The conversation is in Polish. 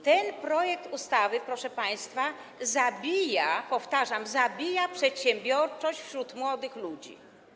Ten projekt ustawy, proszę państwa, zabija, powtarzam, zabija przedsiębiorczość młodych ludzi.